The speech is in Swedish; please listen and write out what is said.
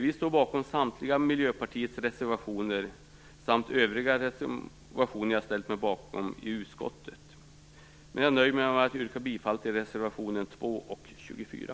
Vi står bakom samtliga Miljöpartiets reservationer samt övriga reservationer som jag ställt mig bakom i utskottet. Men jag nöjer mig med att yrka bifall till reservation 2 och 24.